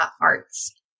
arts